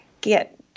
get